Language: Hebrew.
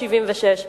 ב-1976.